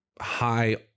high